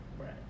Right